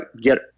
get